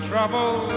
trouble